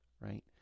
right